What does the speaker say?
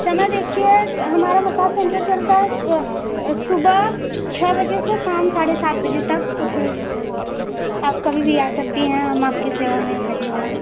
समय देखिए त हमारा मसाज सेंटर चलता है सुबह छ बजे से साम साढ़े सात बजे तक तो फिर आप कभी भी आ सकती हैं हम आपकी सेवा में हाजिर है